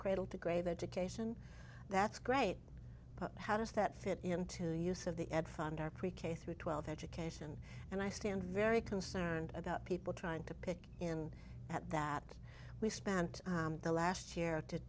cradle to grave education that's great but how does that fit into use of the ed fund our pre k through twelve education and i stand very concerned about people trying to pick in that we spent the last